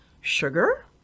sugar